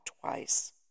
twice